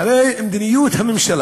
הרי מדיניות הממשלה